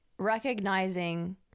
recognizing